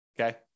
okay